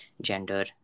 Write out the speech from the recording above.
gender